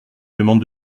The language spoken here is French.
demande